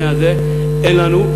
אין לנו.